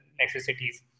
necessities